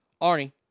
Arnie